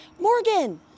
Morgan